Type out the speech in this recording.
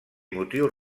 motius